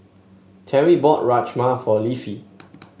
Teri bought Rajma for Leafy